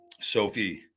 Sophie